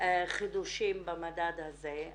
חידושים במדד הזה.